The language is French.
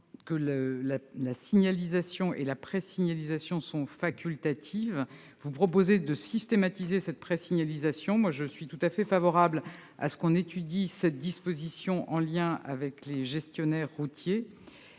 que la signalisation et la pré-signalisation sont facultatives. Il est proposé de systématiser cette pré-signalisation. Je suis tout à fait favorable à ce que nous examinions cette disposition, en liaison avec les gestionnaires routiers.